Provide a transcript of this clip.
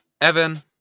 Evan